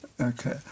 Okay